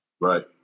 Right